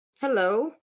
hello